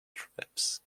tribes